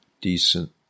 decent